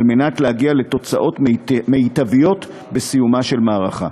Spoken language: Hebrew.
כדי להגיע לתוצאות מיטביות בסיומה של מערכה.